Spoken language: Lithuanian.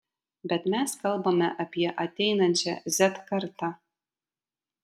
bet mes kalbame apie ateinančią z kartą